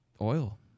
oil